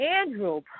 Andrew